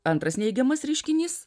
antras neigiamas reiškinys